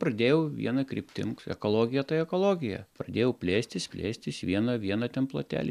pradėjau viena kryptim ekologija tai ekologija pradėjau plėstis plėstis vieną vieną ten plotelį